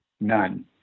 None